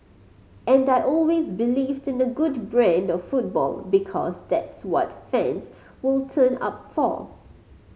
and I always believed in a good brand of football because that's what fans will turn up for